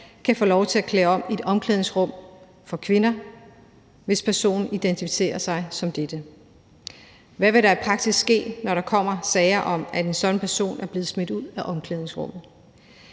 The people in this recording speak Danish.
kan få lov til at klæde om i et omklædningsrum for kvinder, hvis personen identificerer sig som dette? Hvad vil der i praksis ske, når der kommer sager om, at en sådan person er blevet smidt ud af omklædningsrummet?